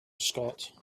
scott